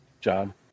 John